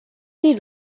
they